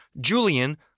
Julian